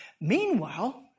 Meanwhile